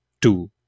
two